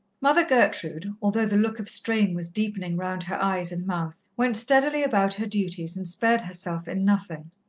mother gertrude, although the look of strain was deepening round her eyes and mouth, went steadily about her duties and spared herself in nothing.